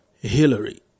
Hillary